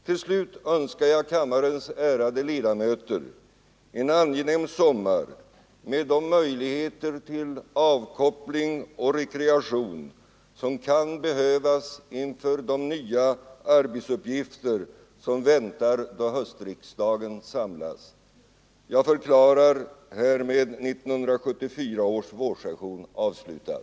Till slut önskar jag kammarens ärade ledamöter en angenäm sommar med de möjligheter till avkoppling och rekreation, som kan behövas inför de nya arbetsuppgifter som väntar då höstriksdagen samlas. Jag förklarar härmed 1974 års vårsession avslutad.